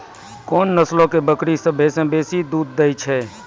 कोन नस्लो के बकरी सभ्भे से बेसी दूध दै छै?